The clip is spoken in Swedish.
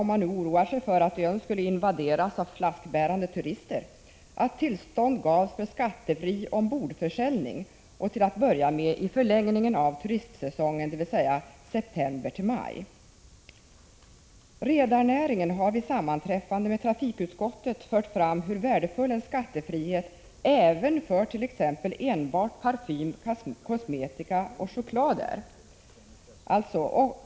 Om man nu oroar sig för att ön skulle invaderas av flaskbärande turister, skulle en variant kunna vara att tillstånd gavs för skattefri ombordförsäljning, till att börja med i förlängningen av turistsäsongen, dvs. septembermaj. Redarnäringen har vid sammanträffande med trafikutskottet fört fram hur värdefull en skattefrihet skulle vara, även för enbart parfym, kosmetika och choklad.